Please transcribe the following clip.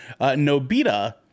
Nobita